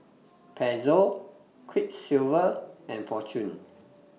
Pezzo Quiksilver and Fortune